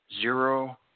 Zero